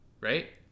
right